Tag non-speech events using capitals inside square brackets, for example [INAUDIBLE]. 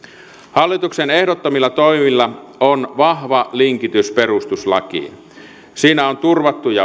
hallituksen ehdottamilla toimilla on vahva linkitys perustuslakiin siinä turvattuihin [UNINTELLIGIBLE]